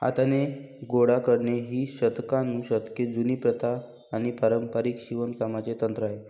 हाताने गोळा करणे ही शतकानुशतके जुनी प्रथा आणि पारंपारिक शिवणकामाचे तंत्र आहे